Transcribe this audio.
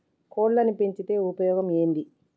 కోళ్లని పెంచితే ఉపయోగం ఏంది?